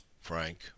Frank